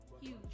Huge